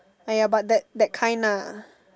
!aiya! but that that kind lah